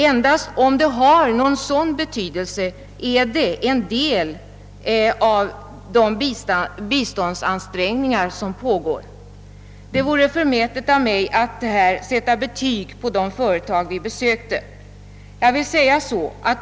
Endast om det har någon betydelse i detta avseende är det en del av våra biståndsansträngningar. Det vore förmätet av mig att här sätta betyg på de företag vi besökte.